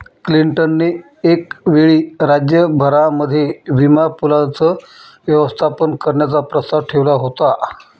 Clinton ने एक वेळी राज्य भरामध्ये विमा पूलाचं व्यवस्थापन करण्याचा प्रस्ताव ठेवला होता